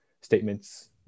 statements